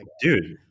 dude